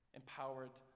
empowered